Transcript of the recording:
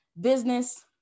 business